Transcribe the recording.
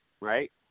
right